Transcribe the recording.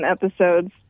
episodes